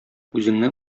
үзеңне